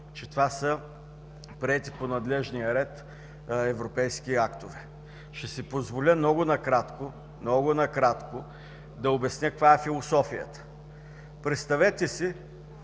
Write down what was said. че това са приети по надлежния ред европейски актове. Ще си позволя много накратко да обясня каква е философията. Представете си,